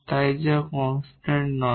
তাই যা কনস্ট্যান্ট নয়